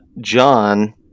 John